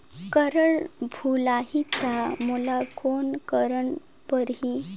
Card भुलाही ता मोला कौन करना परही?